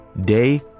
day